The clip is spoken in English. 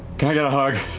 can i get a hug?